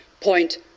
point